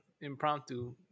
impromptu